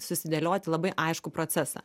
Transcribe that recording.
susidėlioti labai aiškų procesą